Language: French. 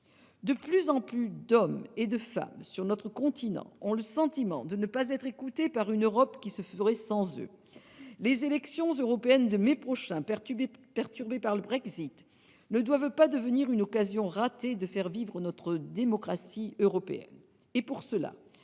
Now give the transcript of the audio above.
De plus en plus d'hommes et de femmes sur notre continent ont le sentiment de ne pas être écoutés par une Europe qui se ferait sans eux. Les élections européennes de mai prochain, perturbées par le Brexit, ne doivent pas devenir une occasion ratée de faire vivre notre démocratie européenne. Pour cela,